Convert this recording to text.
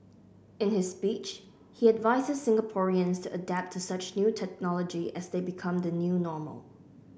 in his speech he advises Singaporeans to adapt to such new technology as they become the new normal